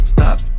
Stop